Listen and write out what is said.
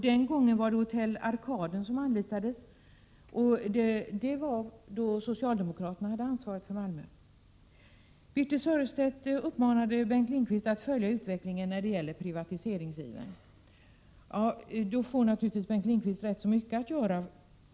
Den gången anlitades hotell Arkaden — och det skedde då socialdemokraterna hade ansvaret i Malmö. Birthe Sörestedt uppmanade Bengt Lindqvist att följa utvecklingen när det gäller privatiseringsivern. Då får naturligtvis Bengt Lindqvist ganska mycket att göra.